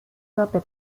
رابه